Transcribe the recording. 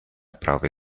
prove